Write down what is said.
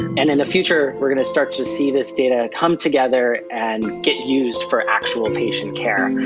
and in the future, we're going to start to see this data come together and get used for actual patient care.